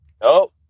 Nope